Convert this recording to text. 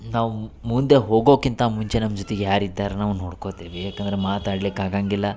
ನಾವು ಮುಂದೆ ಹೋಗೋಕ್ಕಿಂತ ಮುಂಚೆ ನಮ್ಮ ಜೊತಿಗೆ ಯಾರು ಇದ್ದಾರೆ ನಾವು ನೋಡ್ಕೊತೇವಿ ಯಾಕಂದ್ರ ಮಾತಾಡ್ಲಿಕ್ಕೆ ಆಗಂಗಿಲ್ಲ